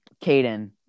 Caden